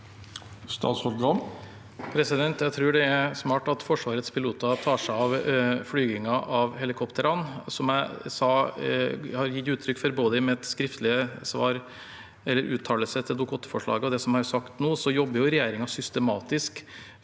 Jeg tror det er smart at Forsvarets piloter tar seg av flygingen av helikoptrene. Som jeg har gitt uttrykk for både i min skriftlige uttalelse til Dokument 8-forslaget og i det jeg har sagt nå, jobber regjeringen systematisk